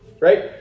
right